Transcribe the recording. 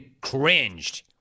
cringed